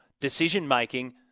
decision-making